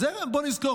אז בואו נזכור,